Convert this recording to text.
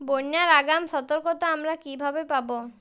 বন্যার আগাম সতর্কতা আমরা কিভাবে পাবো?